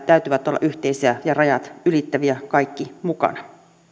täytyy olla yhteisiä ja rajat ylittäviä kaikki mukana